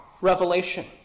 revelation